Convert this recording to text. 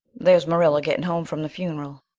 there's marilla getting home from the funeral,